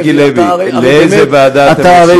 חבר הכנסת מיקי לוי, לאיזו ועדה אתם רוצים?